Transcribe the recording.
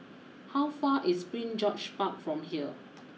how far is Prince George Park from here